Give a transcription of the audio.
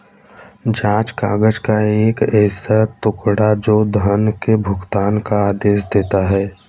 जाँच काग़ज़ का एक ऐसा टुकड़ा, जो धन के भुगतान का आदेश देता है